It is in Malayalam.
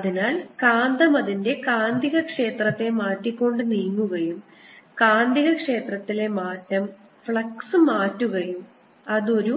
അതിനാൽ കാന്തം അതിന്റെ കാന്തികക്ഷേത്രത്തെ മാറ്റിക്കൊണ്ട് നീങ്ങുകയും കാന്തികക്ഷേത്രത്തിലെ മാറ്റം ഫ്ലക്സ് മാറ്റുകയും അത് ഒരു